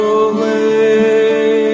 away